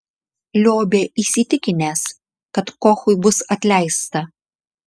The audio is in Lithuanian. liobė įsitikinęs kad kochui bus atleista